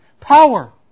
power